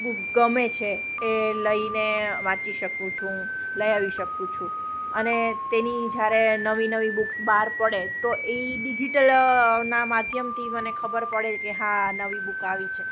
book ગમે છે એ લઈને વાંચી શકું છું લઈ આવી શકું છું અને તેની જ્યારે નવી નવી બુક્સ બહાર પડે તો ઈ ડિજિટલના મધ્યમથી મને ખબર પડે કે હા નવી બુક આવી છે